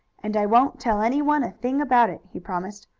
and i won't tell anyone a thing about it, he promised.